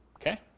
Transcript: Okay